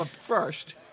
first